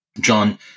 John